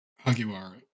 Hagiwara